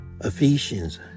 Ephesians